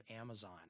Amazon